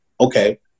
okay